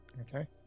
Okay